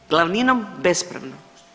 Glavninom bespravno.